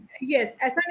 Yes